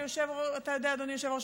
אדוני היושב-ראש,